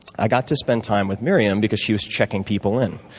i got to spend time with miriam because she was checking people in.